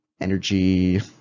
energy